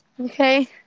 Okay